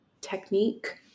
technique